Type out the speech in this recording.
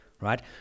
right